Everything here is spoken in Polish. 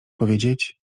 powiedzieć